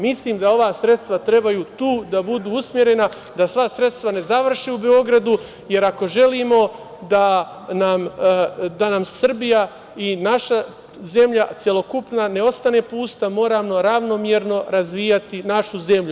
Mislim da ova sredstva trebaju tu da budu usmerena, da sva sredstva ne završe u Beogradu, jer ako želimo da nam Srbija i naša zemlja celokupna ne ostane pusta moramo ravnomerno razvijati našu zemlju.